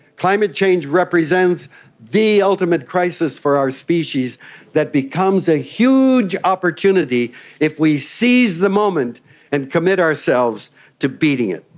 climate change represents the ultimate crisis for our species that becomes a huge opportunity if we seize the moment and commit ourselves to beating it.